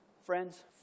Friends